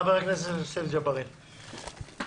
חבר הכנסת יוסף ג'בארין, בבקשה.